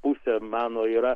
pusę mano yra